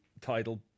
title